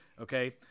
okay